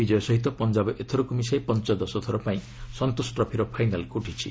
ଏହି ବିଜୟ ସହିତ ପଞ୍ଜାବ ଏଥରକ୍ ମିଶାଇ ପଞ୍ଚଦଶ ଥର ପାଇଁ ସନ୍ତୋଷ ଟ୍ରଫିର ଫାଇନାଲ୍କୁ ଉଠିଛି